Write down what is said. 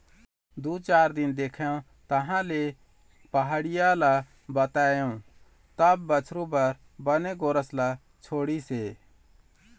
दू चार दिन देखेंव तहाँले पहाटिया ल बताएंव तब बछरू बर बने गोरस ल छोड़िस हे